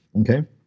Okay